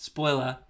Spoiler